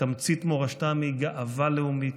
תמצית מורשתם היא גאווה לאומית,